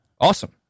Awesome